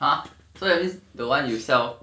!huh! so at least the [one] you sell